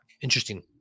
Interesting